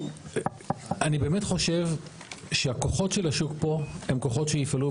אני באמת חושב שהכוחות של השוק פה הם כוחות שיפעלו,